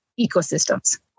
ecosystems